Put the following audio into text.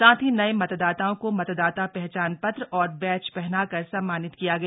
साथ ही नये मतदाताओं को मतदाता पहचान पत्र और बैच पहनाकर सम्मानित किया गया